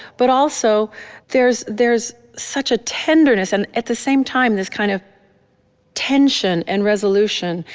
but also there's there's such a tenderness and at the same time, this kind of tension and resolution.